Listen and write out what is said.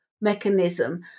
mechanism